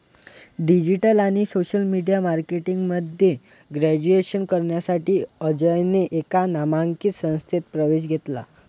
digital आणि social media marketing मध्ये graduation करण्यासाठी अजयने एका नामांकित संस्थेत प्रवेश घेतला